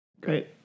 Great